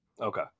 Okay